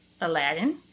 Aladdin